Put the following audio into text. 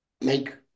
make